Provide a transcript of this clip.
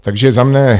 Takže za mne